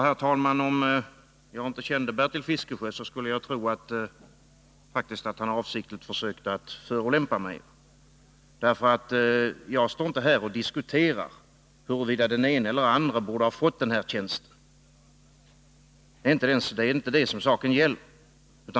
Herr talman! Om jag inte kände Bertil Fiskesjö, skulle jag tro att han avsiktligt försökte att förolämpa mig. Jag står inte här och diskuterar huruvida den ene eller andre borde ha fått tjänsten.